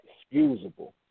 excusable